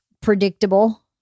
predictable